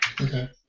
Okay